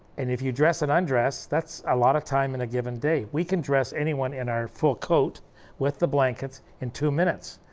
and if you dress and undress, that's a lot of time in a given day. we can dress anyone in our full coat with the blankets in two minutes.